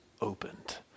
opened